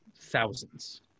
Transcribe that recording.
thousands